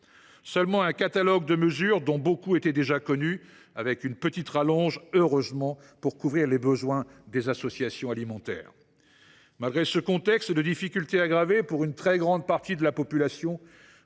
un simple catalogue de mesures, dont beaucoup étaient déjà connues, assorties d’une petite rallonge budgétaire – heureusement !– pour couvrir les besoins des associations alimentaires. Malgré ce contexte de difficultés aggravées pour une très grande partie de la population,